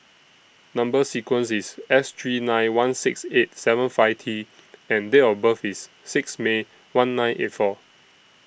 Number sequence IS S three nine one six eight seven five T and Date of birth IS six May one nine eight four